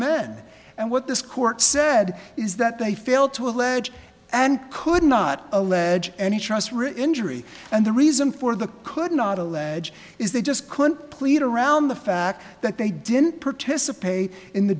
man and what this court said is that they failed to allege and could not allege any trus written injury and the reason for the could not allege is they just couldn't plead around the fact that they didn't participate in the